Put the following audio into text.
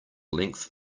length